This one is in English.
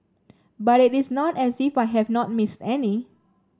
but it is not as if I have not missed any